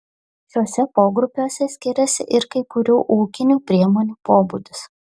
šiuose pogrupiuose skiriasi ir kai kurių ūkinių priemonių pobūdis